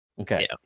Okay